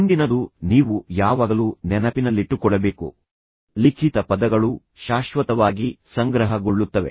ಮುಂದಿನದು ನೀವು ಯಾವಾಗಲೂ ನೆನಪಿನಲ್ಲಿಟ್ಟುಕೊಳ್ಳಬೇಕು ಲಿಖಿತ ಪದಗಳು ಶಾಶ್ವತವಾಗಿ ಸಂಗ್ರಹಗೊಳ್ಳುತ್ತವೆ